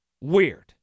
weird